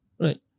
right